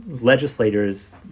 legislators